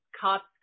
cops